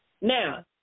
Now